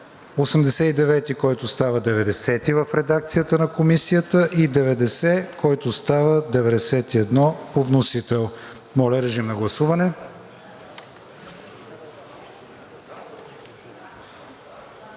89, който става чл. 90 в редакцията на Комисията и чл. 90, който става чл. 91 по вносител. Моля, режим на гласуване.